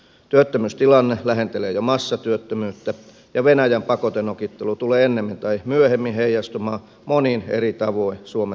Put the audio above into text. työttömyystilanne lähentelee jo massatyöttömyyttä ja venäjän pakotenokittelu tulee ennemmin tai myöhemmin heijastumaan monin eri tavoin suomen talouteen